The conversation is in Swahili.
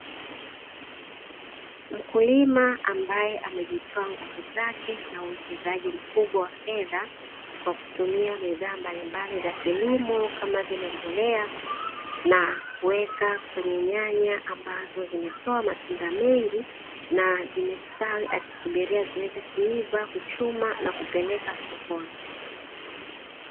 Mkulima ambaye amejitoa nguvu zake na uwekezaji mkubwa wa fedha kwa kutumia bidhaa mbalimbali za kilimo, kama vile mbolea na kuweka kwenye nyanya ambazo zimetoa matunda mengi na zimestawi akisubiria ziweze kuiva, kuchuma na kupeleka sokoni.